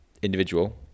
Individual